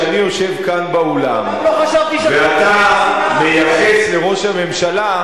אני אומר לך שכשאני יושב כאן באולם ואתה מייחס לראש הממשלה,